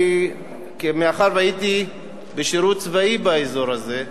ומאחר שהייתי בשירות צבאי באזור הזה,